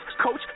coach